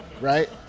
right